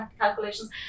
calculations